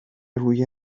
روی